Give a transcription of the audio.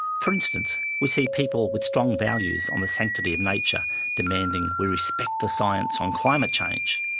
for instance, we see people with strong values on the sanctity of nature demanding we respect the science on climate change,